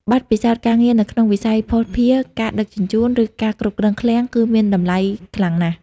បទពិសោធន៍ការងារនៅក្នុងវិស័យភស្តុភារ ការដឹកជញ្ជូន ឬការគ្រប់គ្រងឃ្លាំង គឺមានតម្លៃខ្លាំងណាស់។